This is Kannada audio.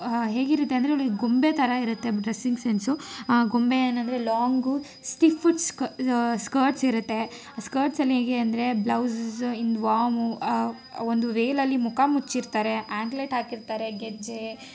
ಹೇಗಿರುತ್ತೆ ಅಂದರೆ ಒಳ್ಳೆ ಗೊಂಬೆ ಥರ ಇರತ್ತೆ ಡ್ರೆಸ್ಸಿಂಗ್ ಸೆನ್ಸು ಆ ಗೊಂಬೆ ಏನಂದರೆ ಲಾಂಗು ಸ್ಟಿಫಡ್ ಸ್ಕ ಸ್ಕರ್ಟ್ಸ್ ಇರತ್ತೆ ಆ ಸ್ಕರ್ಟ್ಸಲ್ಲಿ ಹೇಗೆ ಅಂದರೆ ಬ್ಲೌಸ್ ಇನ್ ಒಂದು ವೇಲಲ್ಲಿ ಮುಖ ಮುಚ್ಚಿರ್ತಾರೆ ಆ್ಯಂಕ್ಲೆಟ್ ಹಾಕಿರ್ತಾರೆ ಗೆಜ್ಜೆ